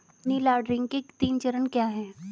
Money laundering के तीन चरण क्या हैं?